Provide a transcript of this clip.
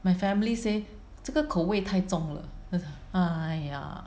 my family say 这个口味太重了 !hais! !aiya!